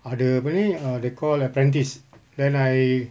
ada apa ni err they call apprentice then I